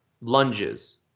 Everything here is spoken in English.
lunges